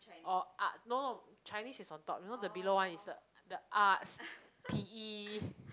or art no no chinese is on top you know the below one is the the arts p_e